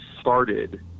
started